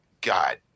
God